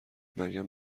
مریم